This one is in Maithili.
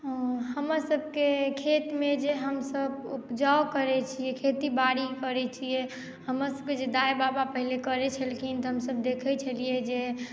हमर सभके खेतमे जे हमसभ उपजा करै छी खेती बाड़ी करै छी हमर सभके जे दाई बाबा जे पहिने करै छलखिन तऽ हमसभ देखै छलियै जे